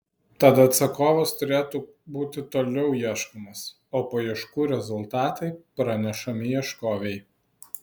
tad atsakovas turėtų būti toliau ieškomas o paieškų rezultatai pranešami ieškovei